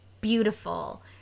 beautiful